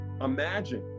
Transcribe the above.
Imagine